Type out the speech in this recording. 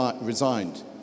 resigned